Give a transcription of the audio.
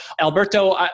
Alberto